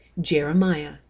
Jeremiah